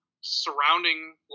surrounding